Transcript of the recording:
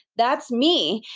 that's me.